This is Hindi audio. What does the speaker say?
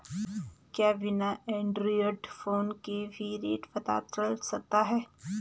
क्या बिना एंड्रॉयड फ़ोन के भी रेट पता चल सकता है?